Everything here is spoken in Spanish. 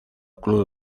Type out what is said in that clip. club